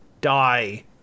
die